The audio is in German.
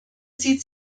sieht